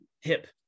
hip